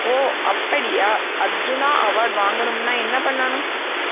ஓ அப்படியா அர்ஜுனா அவார்ட் வாங்கணும்னா என்ன பண்ணணும்